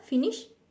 finish